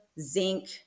zinc